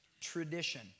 tradition